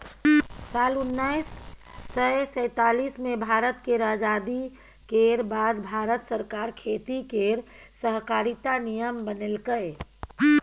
साल उन्नैस सय सैतालीस मे भारत केर आजादी केर बाद भारत सरकार खेती केर सहकारिता नियम बनेलकै